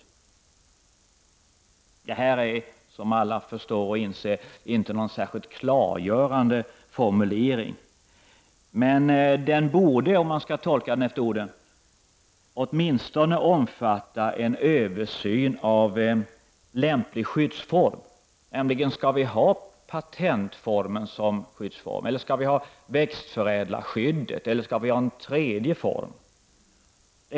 Detta är, som alla förstår och inser, inte någon klargörande formulering. Men den borde, om man skall tolka den efter orden åtminstone omfatta en översyn av lämplig skyddsform: skall vi ha patentformen, växtförädlarskyddet eller någon tredje form av skydd?